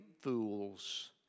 fools